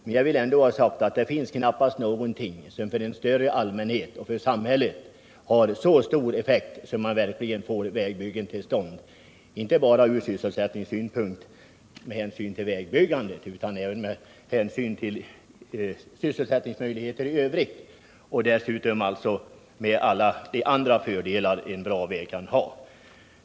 Men det finns knappast någonting som för en större allmänhet och samhället har så stor effekt som när ett vägbyggande kommer till stånd — inte bara med hänsyn till sysselsättningsmöjligheterna i samband med vägbyggandet utan också med hänsyn till sysselsättningen framöver, och dessutom tillkommer alla fördelar en bra väg kan ha.